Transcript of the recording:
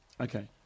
okay